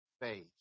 faith